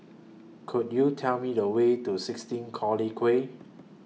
Could YOU Tell Me The Way to sixteen Collyer Quay